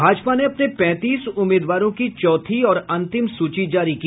भाजपा ने अपने पैंतीस उम्मीदवारों की चौथी और अंतिम सूची जारी की